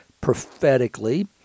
prophetically